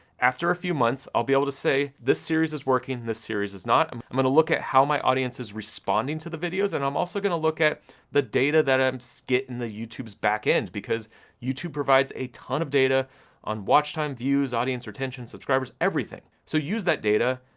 after a few months i'll be able to say, this series is working, this series is not. um i'm gonna look at how my audience is responding to the videos, and i'm also gonna look at the data that i'm so gettin the youtubes back end, because youtube provides a ton of data on watch time views, audience retention, subscribers, everything. so use that data,